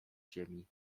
ziemi